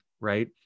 right